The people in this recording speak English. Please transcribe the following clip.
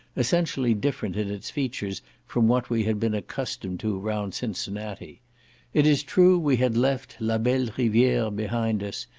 essentially different in its features from what we had been accustomed to round cincinnati it is true we had left la belle riviere behind us,